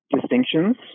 distinctions